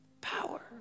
power